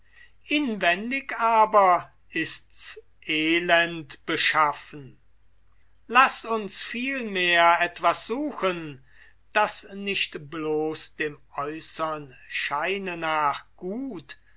inwendig ist's elend beschaffen laß uns etwas suchen das nicht dem äußern scheine nach gut